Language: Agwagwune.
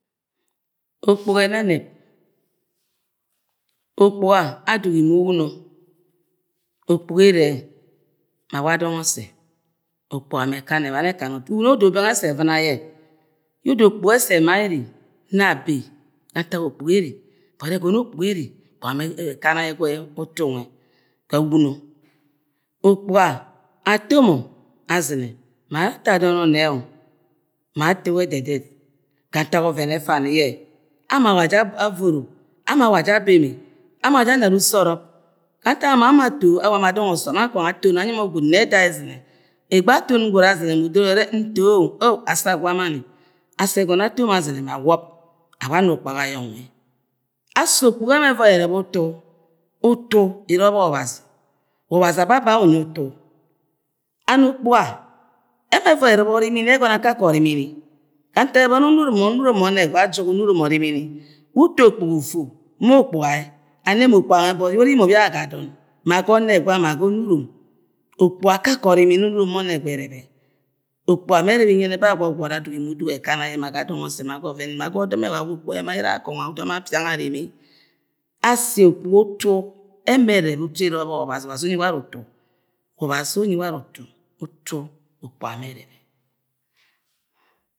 Okpuga eneneb okpuga adugi ma uwuno okpuga ere ye ma awa dong ose okpuga me ekana ebam ekana utu uwuno odo beng ye ese evɨ̃na ye, ye odo okpuga ye ese ema ere no abe ga ntuk okpuga ere but egono okpuga ere okpuga atomo azine ma ato adon onine-oo ma ato we ededet ga ntak oven efani ye ama awa aja avoro ama awa aja be ama awa awa aje anara usoroo ga ntak aja beme ama awa aje anara usoroo ga ntak ama uo ato-o awa ma dong osom akung ton anyi gwud ne eda ye ezine egbe aton gwud azine mu-udoro ye ure n-ntoo-o asi agwamani asi egono ato mo azine ma awob awa ana ukpagi aye nwe asi okpuga mẹ eme evai erebe ufu, utu ere obok obazi, obazi ababe unyi utu and okpuga eme eyoi erebe orimini ye egono akake orimini uto okpuga ufu ma okpuga-ie anyi emo okpuga nwe but ye urimi ubi ye aga adon maga onegwa ma ga onuron okpuga akake orimini ye onuron ma onegwu erebe okpuga me ere inyene ba gbogbori adugi ma udugi ekana ye ma ga dong ose okpuga ema ere akung ma odom afianga eneme asi okpua utu eme ereb utu ere ga obọk obazi obazi unyi ware utu wa obazi unyi wane utu utu okpuga me erebe